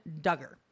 Duggar